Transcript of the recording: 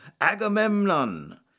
Agamemnon